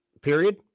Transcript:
period